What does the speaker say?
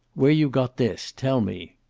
where you got this? tell me.